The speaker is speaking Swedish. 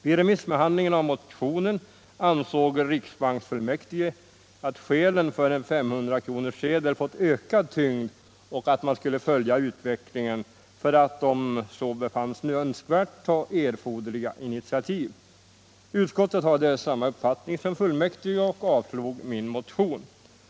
Vid remissbehandlingen av motionen ansåg riksbanksfullmäktige att skälen för en 500-kronorssedel hade fått ökad tyngd och att man skulle följa utvecklingen för att, om så befanns önskvärt, ta erforderliga initiativ. Utskottet hade samma uppfattning som fullmäktige och avstyrkte min motion, som avslogs av riksdagen.